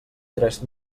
tres